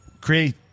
create